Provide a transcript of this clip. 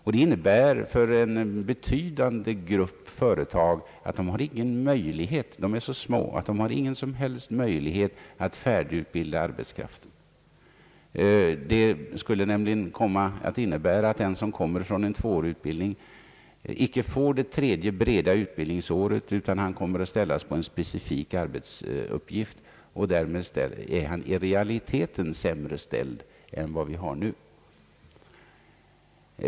Det innebär för en betydande grupp företag — den stora gruppen av små företag — att de icke har någon som helst möjlighet att färdigutbilda arbetskraften. Det skulle innebära att den som kommer från en tvåårig utbildning icke får det tredje breda utbildningsåret utan kommer att ges en specifik arbetsuppgift, och därmed är han i realiteten sämre ställd än för närvarande.